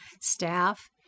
staff